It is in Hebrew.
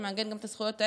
שמעגן גם את הזכויות האלה.